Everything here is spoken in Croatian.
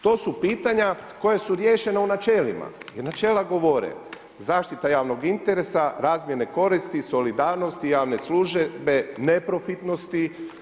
To su pitanja koja su riješena u načelima, jer načela govore zaštita javnog interesa, razmjene koristi, solidarnosti, javne službe, neprofitnosti.